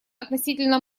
относительно